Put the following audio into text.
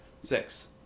six